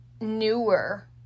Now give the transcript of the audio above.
newer